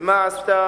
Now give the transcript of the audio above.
ומה עשתה